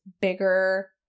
bigger